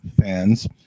fans